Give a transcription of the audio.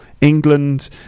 england